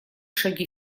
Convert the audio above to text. шаги